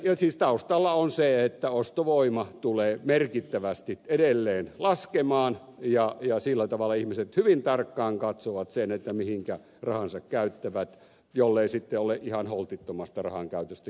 ja siis taustalla on se että ostovoima tulee merkittävästi edelleen laskemaan ja sillä tavalla ihmiset hyvin tarkkaan katsovat sen mihinkä rahansa käyttävät jollei sitten ole ihan holtittomasta rahankäytöstä kysymys